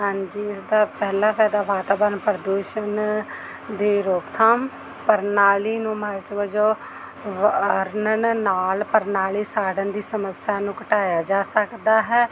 ਹਾਂਜੀ ਇਸ ਦਾ ਪਹਿਲਾ ਫਾਇਦਾ ਵਾਤਾਵਰਨ ਪ੍ਰਦੂਸ਼ਣ ਦੀ ਰੋਕਥਾਮ ਪਰਾਲੀ ਨੂੰ ਮਲਚ ਵਜੋਂ ਅਰਨਨ ਨਾਲ ਪਰਾਲੀ ਸਾੜਨ ਦੀ ਸਮੱਸਿਆ ਨੂੰ ਘਟਾਇਆ ਜਾ ਸਕਦਾ ਹੈ